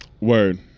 Word